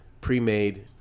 pre-made